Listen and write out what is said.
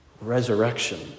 resurrection